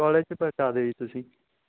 college 'ਚ ਪਹੁੰਚਾ ਦਿਓ ਜੀ ਤੁਸੀਂ